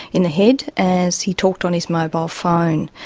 in the head, as he talked on his mobile phone.